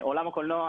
עולם הקולנוע,